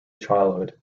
childhood